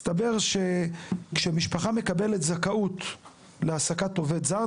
מסתבר שכשמשפחה מקבלת זכאות להעסקת עובד זר,